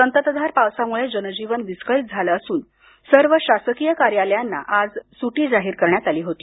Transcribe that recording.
संततधार पावसामुळे जनजीवन विसकळीत झालं असून सर्व शासकीय कार्यालयांना आज सुटी जाहीर करण्यात आली होती